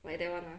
like that [one] ah